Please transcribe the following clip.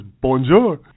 Bonjour